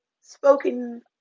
spoken